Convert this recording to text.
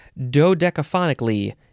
Dodecaphonically